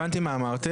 הבנתי מה אמרתם.